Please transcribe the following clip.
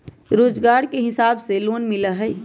रोजगार के हिसाब से लोन मिलहई?